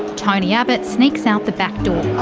tony abbott sneaks out the back door.